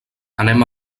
anem